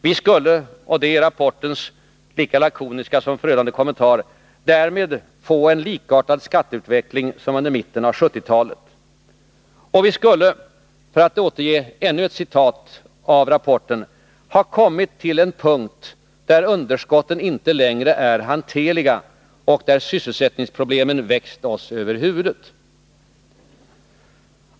Vi skulle — detta är rapportens lika lakoniska som förödande kommentar — ”därmed få en likartad skatteutveckling som under mitten av 1970-talet”. Och vi skulle — för att återge ännu ett citat ur rapporten — ha kommmit till en punkt där ”underskotten inte längre är hanterliga och där sysselsättnings problemen växt oss över huvudet”.